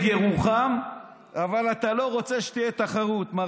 ירוחם אבל אתה לא רוצה שתהיה תחרות.